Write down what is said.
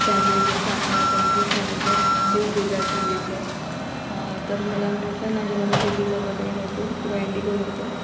त्यांनी जर सां त्यांनी जे सांगितलं स्विप डिजायर सांगितलं तर मला म्हटलं नाही मला स्विप डिजायर वगैरे नको इंडिगो नको